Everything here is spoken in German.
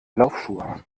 laufschuhe